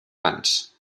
plans